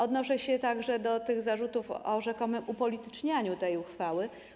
Odniosę się także do zarzutów o rzekomym upolitycznianiu tej uchwały.